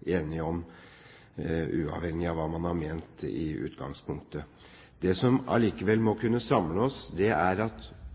enige om, uavhengig av hva man har ment i utgangspunktet. Det som allikevel må kunne samle oss,